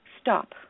stop